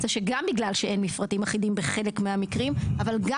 שגם בגלל שאין מפרטים אחידים בחלק מהמקרים אבל גם